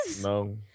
No